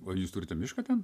o jūs turite miško ten